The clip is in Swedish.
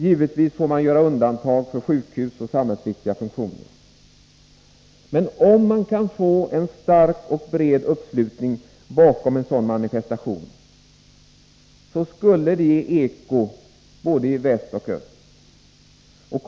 Givetvis får man göra undantag för sjukhus och andra samhällsviktiga funktioner. Men om man kan få en stark och bred uppslutning bakom en sådan manifestation, skulle det ge eko både i väst och i öst.